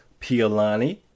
Pialani